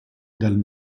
dal